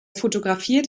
fotografiert